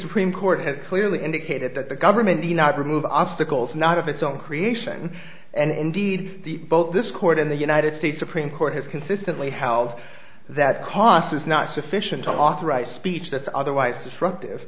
supreme court has clearly indicated that the government did not remove obstacles not of its own creation and indeed the vote this court in the united states supreme court has consistently held that cost is not sufficient to authorize speech that's otherwise disruptive